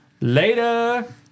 Later